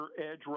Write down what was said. edge